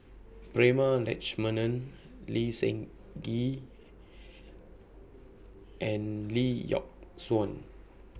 Prema Letchumanan Lee Seng Gee and Lee Yock Suan